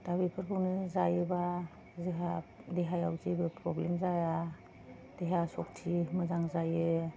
दा बेफोरखौनो जायोबा जोंहा देहायाव जेबो प्रब्लेम जाया देहा सक्ति मोजां जायो